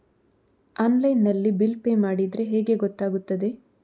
Online ನಲ್ಲಿ bill pay ಮಾಡಿದ್ರೆ ಹೇಗೆ ಗೊತ್ತಾಗುತ್ತದೆ?